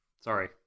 Sorry